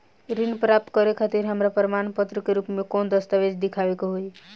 ऋण प्राप्त करे खातिर हमरा प्रमाण के रूप में कौन दस्तावेज़ दिखावे के होई?